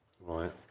right